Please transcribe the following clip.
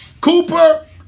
Cooper